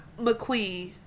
McQueen